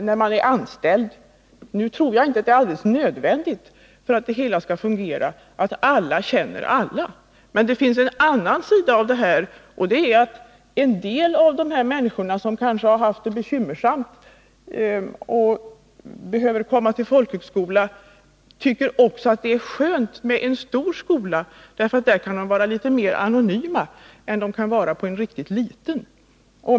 Nu tror jag dock inte det är alldeles nödvändigt för att detta skall fungera att alla känner alla. Det finns också en annan sida. En del av de människor som kanske haft det bekymmersamt och som kommer till folkhögskolan tycker också att det är skönt med en stor skola, för där kan ' man vara litet mer anonym än på en riktigt liten.